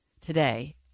Today